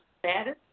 status